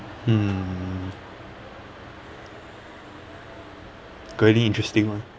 hmm got any interesting [one]